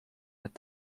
met